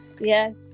yes